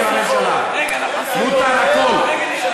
אלה פניו של היועץ המשפטי לממשלה, מותר הכול.